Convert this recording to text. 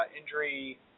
injury